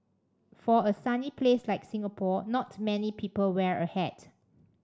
for a sunny place like Singapore not many people wear a hat